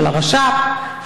של הרש"פ,